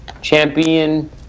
Champion